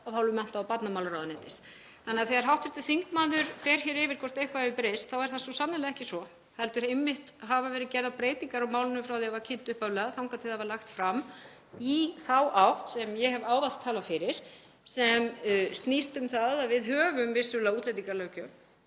Þegar hv. þingmaður fer hér yfir hvort eitthvað hafi breyst þá er það svo sannarlega ekki svo. Það hafa einmitt verið gerðar breytingar á málinu frá því að það var kynnt upphaflega og þangað til það var lagt fram í þá átt sem ég hef ávallt talað fyrir, sem snýst um það að við höfum vissulega útlendingalöggjöf,